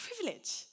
privilege